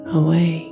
away